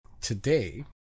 Today